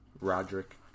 Roderick